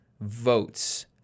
votes